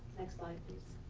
next slide, please.